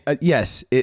yes